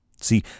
See